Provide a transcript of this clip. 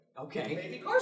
Okay